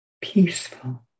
peaceful